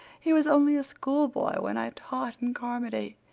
he was only a schoolboy when i taught in carmody.